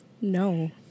no